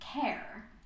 care